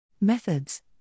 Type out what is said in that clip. Methods